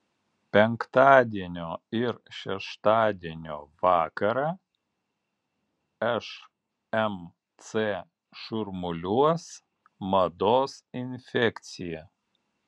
penktadienio ir šeštadienio vakarą šmc šurmuliuos mados infekcija